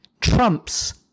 trumps